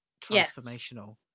transformational